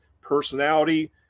personality